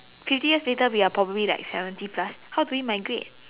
fifty years later we are probably like seventy plus how do we migrate